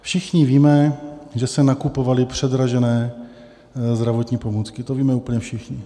Všichni víme, že se nakupovaly předražené zdravotní pomůcky, to víme úplně všichni.